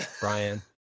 Brian